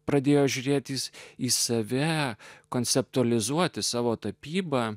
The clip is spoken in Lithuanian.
pradėjo žiūrėti į save konceptualizuoti savo tapybą